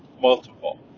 Multiple